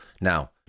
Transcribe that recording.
Now